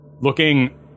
looking